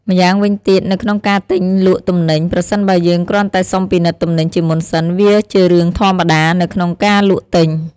ម្យ៉ាងវិញទៀតនៅក្នុងការទិញលក់ទំនិញ ប្រសិនបើយើងគ្រាន់តែសុំពិនិត្យទំនិញជាមុនសិន វាជារឿងធម្មតានៅក្នុងការលក់ទិញ។